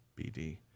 BD